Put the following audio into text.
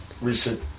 recent